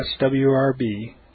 swrb